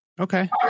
Okay